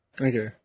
Okay